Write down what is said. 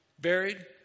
buried